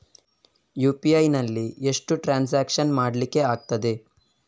UPI ನಲ್ಲಿ ಎಷ್ಟು transaction ಮಾಡ್ಲಿಕ್ಕೆ ಆಗ್ತದೆ?